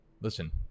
listen